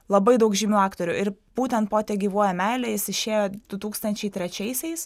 labai daug žymių aktorių ir būtent po tegyvuoja meilė jis išėjo du tūkstančiai trečiaisiais